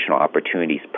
opportunities